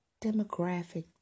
demographic